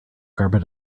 carbon